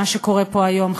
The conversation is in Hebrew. מה שקורה פה היום,